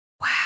Wow